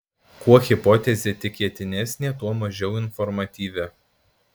kuo hipotezė tikėtinesnė tuo mažiau informatyvi